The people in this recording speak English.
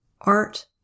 art